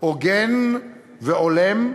הוגן והולם,